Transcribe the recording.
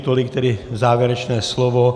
Tolik tedy závěrečné slovo.